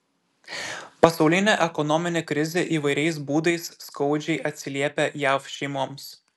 pasaulinė ekonominė krizė įvairiais būdais skaudžiai atsiliepia jav šeimoms